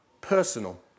personal